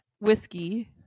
whiskey